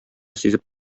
сизеп